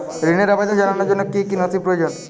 ঋনের আবেদন জানানোর জন্য কী কী নথি প্রয়োজন?